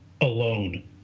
alone